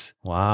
Wow